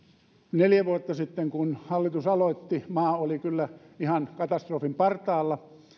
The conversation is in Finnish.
neljä vuotta sitten kun hallitus aloitti maa oli kyllä ihan katastrofin partaalla